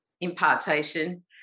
impartation